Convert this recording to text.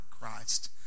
Christ